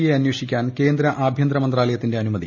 A അന്വേഷിക്കാൻ കേന്ദ്ര ആഭ്യന്തര മന്ത്രാലയത്തിന്റെ അനുമതി